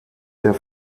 der